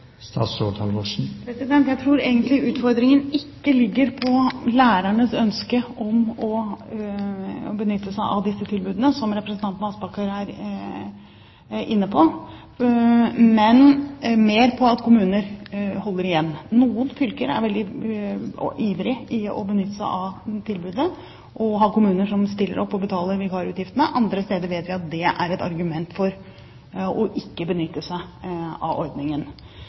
Jeg tror egentlig utfordringen ikke ligger på lærernes ønske om å benytte seg av disse tilbudene, som representanten Aspaker er inne på, men mer på at kommuner holder igjen. Noen fylker er veldig ivrige etter å benytte seg av tilbudet, og har kommuner som stiller opp og betaler vikarutgiftene. Andre steder vet vi at det er et argument for ikke å benytte seg av ordningen.